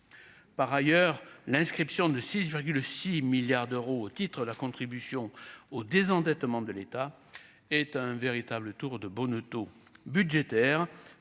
par ailleurs, l'inscription de 6,6 milliards d'euros au titre la contribution au désendettement de l'État est un véritable tour de bonneteau budgétaire,